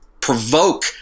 provoke